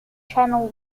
channel